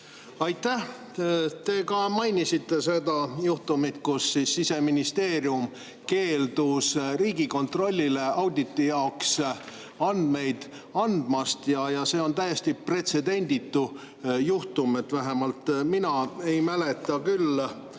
Aitäh! Te mainisite ka seda juhtumit, et Siseministeerium keeldus Riigikontrollile auditi jaoks andmeid andmast. See on täiesti pretsedenditu juhtum. Vähemalt mina ei mäleta küll